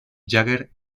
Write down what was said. jagger